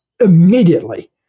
immediately